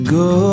go